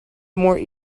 more